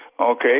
Okay